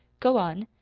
go on.